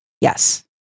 yes